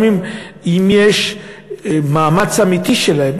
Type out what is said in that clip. גם אם יש מאמץ אמיתי שלהם,